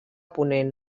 ponent